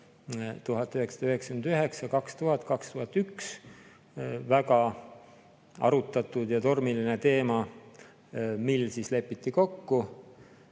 ja 2001 väga arutatud ja tormiline teema. Siis lepiti kokku,